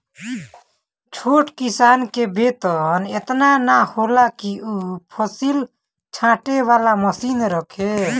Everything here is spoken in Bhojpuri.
छोट किसान के बेंवत एतना ना होला कि उ फसिल छाँटे वाला मशीन रखे